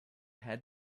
had